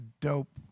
dope